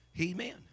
Amen